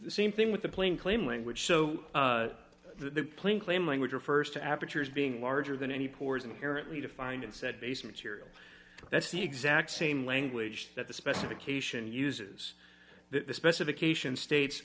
the same thing with the plane claim language so the plane claim language refers to apertures being larger than any poor is inherently defined and said base material that's the exact same language that the specification uses the specification states